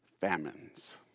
famines